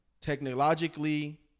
technologically